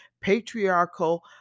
patriarchal